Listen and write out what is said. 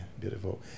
beautiful